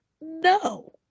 No